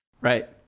Right